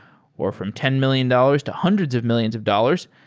or from ten million dollars to hundreds of millions of dollars,